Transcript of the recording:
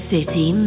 City